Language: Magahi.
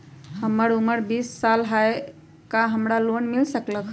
हमर उमर बीस साल हाय का हमरा लोन मिल सकली ह?